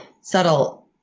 subtle